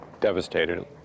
devastated